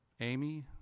amy